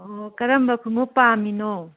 ꯑꯣ ꯀꯔꯝꯕ ꯈꯣꯡꯎꯞ ꯄꯥꯝꯃꯤꯅꯣ